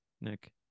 Nick